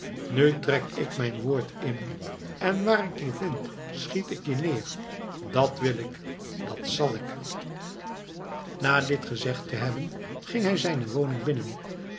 nu trek ik mijn woord in en waar ik je vind schiet ik je neer dat wil ik dat zal ik na dit gezegd te hebben ging hij zijne woning binnen